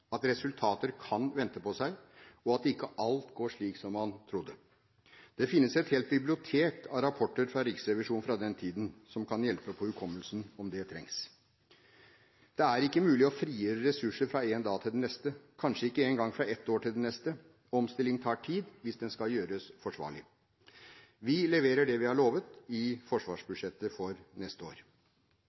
at resultater kan la vente på seg, og at ikke alt går slik man tror. Det finnes et helt bibliotek av rapporter fra Riksrevisjonen fra den tiden som kan hjelpe på hukommelsen, om det trengs. Det er ikke mulig å frigjøre ressurser fra én dag til den neste, kanskje ikke engang fra ett år til det neste. Omstilling tar tid, hvis den skal gjøres forsvarlig. Vi leverer det vi har lovet i forsvarsbudsjettet for neste år.